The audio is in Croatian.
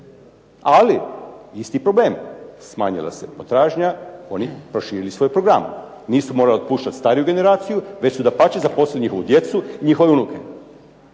Ali isti problem, smanjila se potražnja oni proširili svoj program. Nisu morali otpuštati stariju generaciju već su dapače zaposlili njihovu djecu, njihove unuke.